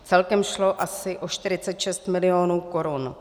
Celkem šlo asi o 46 milionů korun.